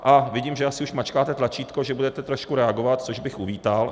A vidím, že asi už mačkáte tlačítko, že budete trošku reagovat, což bych uvítal.